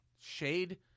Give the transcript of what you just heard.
shade